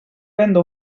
venda